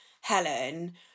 Helen